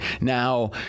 Now